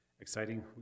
exciting